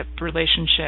relationship